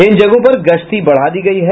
इन जगहों पर गश्ती बढ़ा दी गयी है